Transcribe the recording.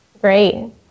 great